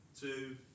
two